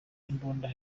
imbunda